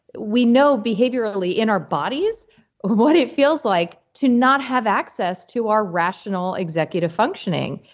we know behaviorally in our bodies what it feels like to not have access to our rational executive functioning.